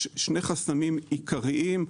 יש שני חסמים עיקריים,